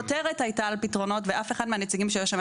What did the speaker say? הכותרת הייתה על פתרונות ואף אחד מהנציגים שהיה שם,